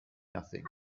nothing